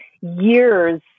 years